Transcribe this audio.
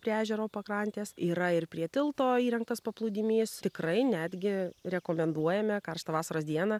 prie ežero pakrantės yra ir prie tilto įrengtas paplūdimys tikrai netgi rekomenduojame karštą vasaros dieną